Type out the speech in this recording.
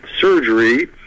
surgery